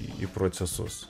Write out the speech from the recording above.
į procesus